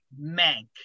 Mank